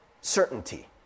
certainty